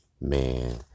man